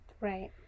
Right